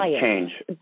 change